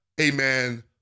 amen